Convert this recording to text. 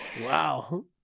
wow